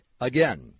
Again